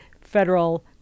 federal